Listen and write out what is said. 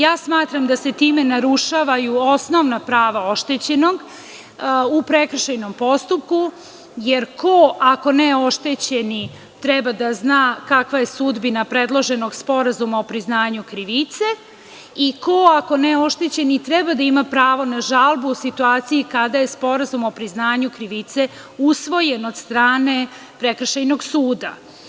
Ja smatram da se time narušavaju osnovna prava oštećenog u prekršajnom postupku, jer ko, ako ne oštećeni, treba da zna kakva je sudbina predloženog sporazuma o priznanju krivice i ko, ako ne oštećeni, treba da ima pravo na žalbu u situaciji kada je sporazum o priznanju krivice usvojen od strane prekršajnog suda.